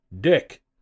Dick